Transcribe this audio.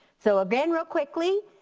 so ah then real quickly,